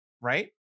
right